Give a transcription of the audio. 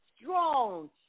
strong